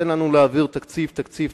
תן לנו להעביר תקציב-תקציב,